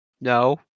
No